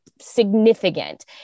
significant